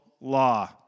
law